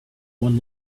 one